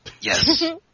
Yes